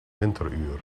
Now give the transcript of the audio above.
winteruur